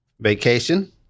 Vacation